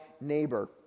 neighbor